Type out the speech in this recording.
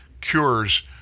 cures